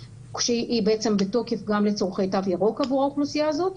כשהיא בתוקף גם לצרכי תו ירוק עבור האוכלוסייה הזאת,